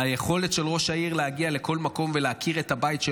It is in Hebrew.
היכולת של ראש העיר להגיע לכל מקום ולהכיר את הבית,